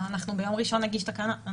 ביום ראשון נגיש תקנה.